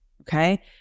okay